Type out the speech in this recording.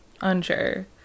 Unsure